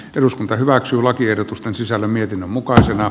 eduskunta hyväksyy lakiehdotusten sisällön mietinnön mukaisena